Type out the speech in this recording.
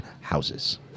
houses